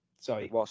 Sorry